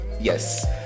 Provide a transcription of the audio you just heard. Yes